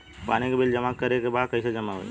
पानी के बिल जमा करे के बा कैसे जमा होई?